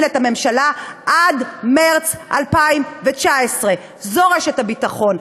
את הממשלה עד מרס 2019. זו רשת הביטחון,